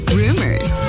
rumors